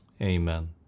amen